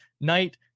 night